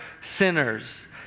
sinners